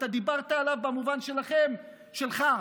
אתה דיברת עליו במובן שלכם, שלך,